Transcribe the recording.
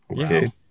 Okay